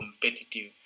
competitive